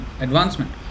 advancement